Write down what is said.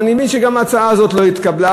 אבל אני מבין שגם ההצעה הזאת לא התקבלה,